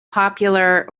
popular